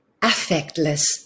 affectless